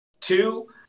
Two